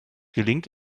gelingt